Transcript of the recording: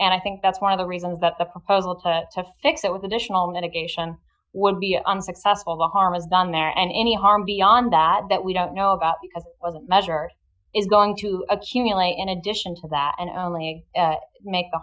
and i think that's one of the reasons that the proposal to fix it with additional medication would be unsuccessful the harm is done there and any harm beyond that that we don't know about because the measure is going to accumulate in addition to that and only make the